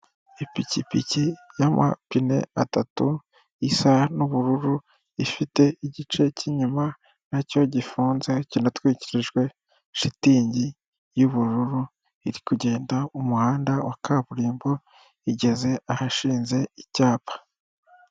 Ipikipiki y'amapine atatu isa n'ubururu, ifite igice cy'inyuma na cyo gifunze kinatwikirijwe shitingi y'ubururu, iri kugenda mu muhanda wa kaburimbo igeze ahashinze icyapa.